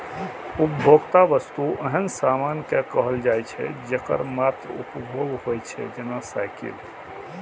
उपभोक्ता वस्तु ओहन सामान कें कहल जाइ छै, जेकर मात्र उपभोग होइ छै, जेना साइकिल